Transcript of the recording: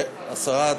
לא,